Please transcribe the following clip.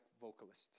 vocalist